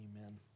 amen